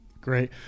great